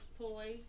toy